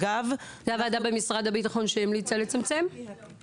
<< יור >> פנינה תמנו (יו"ר הוועדה לקידום מעמד האישה ולשוויון